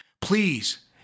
Please